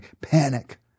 Panic